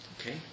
Okay